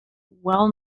well